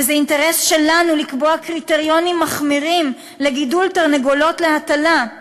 זה אינטרס שלנו לקבוע קריטריונים מחמירים לגידול תרנגולות להטלה,